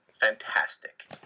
fantastic